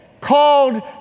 called